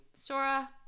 Sora